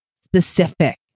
specific